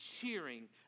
cheering